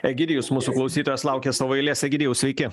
egidijus mūsų klausytojas laukia savo eilės egidijau sveiki